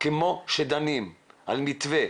כמו שדנים על מתווה